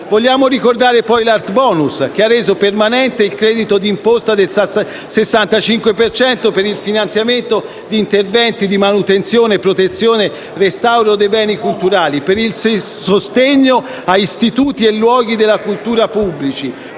Vogliamo ricordare poi l'Art bonus, che ha reso permanente il credito d'imposta del 65 per cento per il finanziamento di interventi di manutenzione, protezione e restauro dei beni culturali, per il sostegno a istituti e luoghi della cultura pubblici,